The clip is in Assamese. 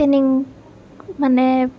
তেনে মানে